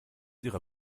ihrer